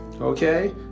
Okay